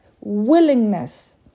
willingness